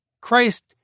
Christ